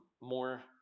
more